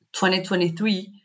2023